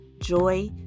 joy